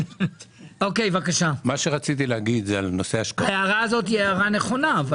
זאת הערה נכונה.